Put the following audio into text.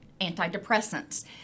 antidepressants